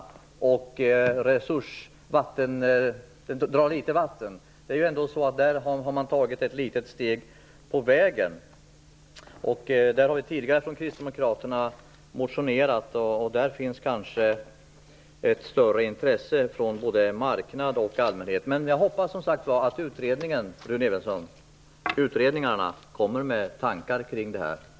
De drar alltså litet vatten. Där har man således kommit ett litet steg på vägen. Tidigare har vi kristdemokrater motionerat om det här. Kanske finns det nu ett större intresse för detta från både marknadens och allmänhetens sida. Jag hoppas alltså, Rune Evensson, att utredningarna kommer med olika tankar kring dessa frågor.